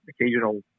occasional